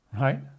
right